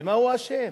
במה הוא אשם?